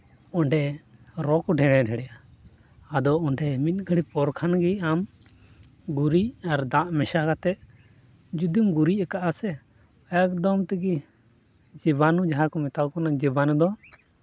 ᱚᱸᱰᱮ ᱨᱚ ᱠᱚ ᱰᱷᱮᱬᱮᱻ ᱰᱷᱮᱬᱮᱜᱼᱟ ᱟᱫᱚ ᱚᱸᱰᱮ ᱢᱤᱫ ᱜᱷᱟᱹᱲᱤᱡ ᱯᱚᱨ ᱠᱷᱟᱱ ᱜᱮ ᱟᱢ ᱜᱩᱨᱤᱡ ᱟᱨ ᱫᱟᱜ ᱢᱮᱥᱟ ᱠᱟᱛᱮᱫ ᱡᱩᱫᱤᱢ ᱜᱩᱨᱤᱡ ᱠᱟᱜᱼᱟ ᱥᱮ ᱮᱠᱫᱚᱢ ᱛᱮᱜᱮ ᱡᱤᱵᱟᱱᱩ ᱡᱟᱦᱟᱸ ᱠᱚ ᱢᱮᱛᱟᱣᱠᱚ ᱠᱟᱱᱟ ᱡᱤᱵᱟᱱᱩ ᱫᱚ